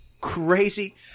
crazy